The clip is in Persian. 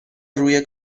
روی